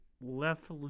left